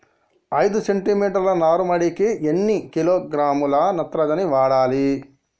ఐదు సెంటిమీటర్ల నారుమడికి ఎన్ని కిలోగ్రాముల నత్రజని వాడాలి?